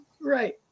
Right